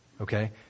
okay